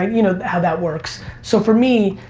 um you know how that works. so for me,